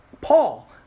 Paul